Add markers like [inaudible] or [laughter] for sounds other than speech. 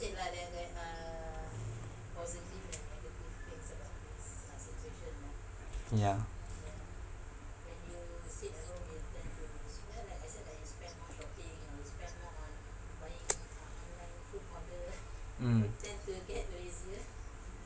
ya [noise] mm